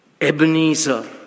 Ebenezer